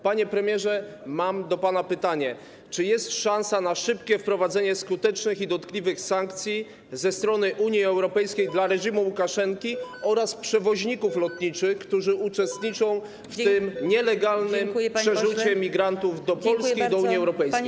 Panie premierze, mam do pana pytanie: Czy jest szansa na szybkie wprowadzenie skutecznych i dotkliwych sankcji ze strony Unii Europejskiej wobec reżimu Łukaszenki oraz przewoźników lotniczych, którzy uczestniczą w tym nielegalnym przerzucie migrantów do Polski i do Unii Europejskiej?